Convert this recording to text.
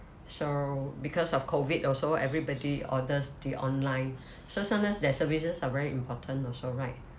so because of COVID also everybody orders the online so sometimes their services are very important also right